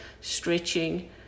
stretching